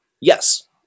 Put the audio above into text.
Yes